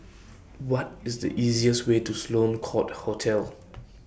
What IS The easiest Way to Sloane Court Hotel